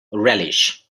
relish